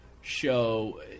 show